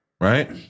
Right